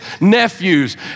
nephews